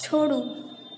छोड़ू